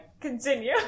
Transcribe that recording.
continue